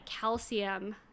calcium